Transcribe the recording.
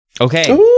Okay